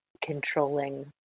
controlling